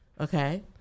Okay